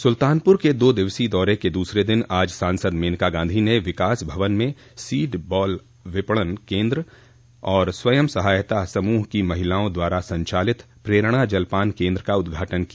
सुल्तानपुर के दो दिवसीय दौरे के दूसरे दिन आज सांसद मेनका गांधी ने विकास भवन में सीड बॉल विपणन केन्द्र और स्वयं सहायता समूह की महिलाओं द्वारा संचालित प्रेरणा जलपान केन्द्र का उद्घाटन किया